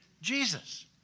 Jesus